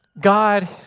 God